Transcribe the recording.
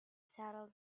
settle